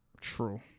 True